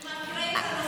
אני מכירה את הנושא.